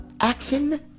Action